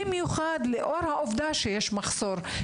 במיוחד לאור העובדה שיש מחסור.